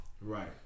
Right